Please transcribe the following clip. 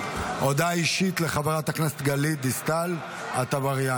הודעה אישית לחברת הכנסת גלית דיסטל אטבריאן.